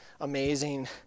amazing